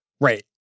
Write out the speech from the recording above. Right